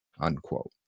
unquote